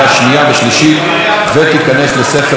ותיכנס לספר החוקים של ישראל.